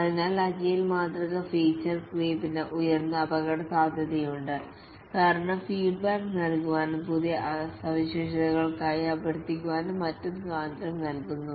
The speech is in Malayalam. അതിനാൽ അജിലേ മാതൃക ഫീച്ചർ ക്രീപ്പിന് ഉയർന്ന അപകടസാധ്യതയുണ്ട് കാരണം ഫീഡ്ബാക്ക് നൽകാനും പുതിയ സവിശേഷതകൾക്കായി അഭ്യർത്ഥിക്കാനും മറ്റും സ്വാതന്ത്ര്യം നൽകുന്നു